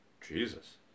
Jesus